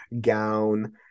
gown